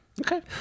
okay